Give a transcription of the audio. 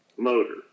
Motor